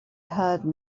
heard